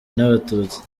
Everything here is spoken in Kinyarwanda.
n’abatutsi